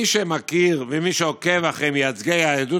מי שמכיר ומי שעוקב אחרי מייצגי היהדות